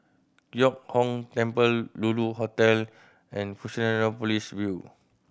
Giok Hong Temple Lulu Hotel and Fusionopolis View